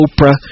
Oprah